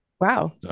Wow